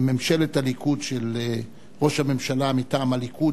בממשלת הליכוד של ראש הממשלה מטעם הליכוד,